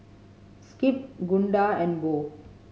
Skip Gunda and Bo